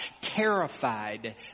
terrified